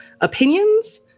opinions